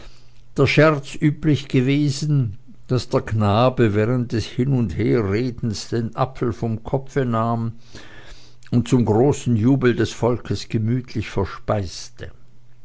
der scherz üblich gewesen daß der knabe während des hin und herredens den apfel vom kopfe nahm und zum großen jubel des volkes gemütlich verspeiste